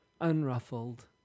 unruffled